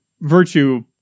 virtue